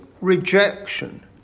rejection